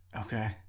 Okay